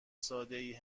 سادهای